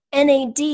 NAD